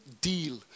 deal